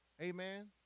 amen